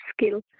skill